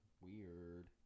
Weird